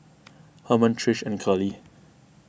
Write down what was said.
Hermann Trish and Curley